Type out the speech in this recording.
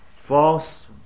False